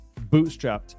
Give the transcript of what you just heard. bootstrapped